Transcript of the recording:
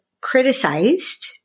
criticized